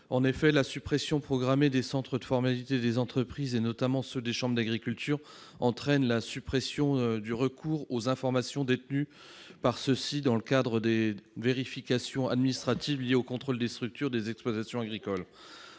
En effet, la suppression programmée des CFE, et notamment ceux des chambres d'agriculture, entraîne la suppression du recours aux informations qu'ils détiennent dans le cadre de vérifications administratives liées au contrôle des structures des exploitations agricoles.